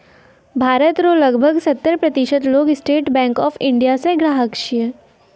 भारत रो लगभग सत्तर प्रतिशत लोग स्टेट बैंक ऑफ इंडिया रो ग्राहक छिकै